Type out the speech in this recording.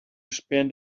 spend